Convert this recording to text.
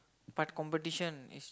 but competition is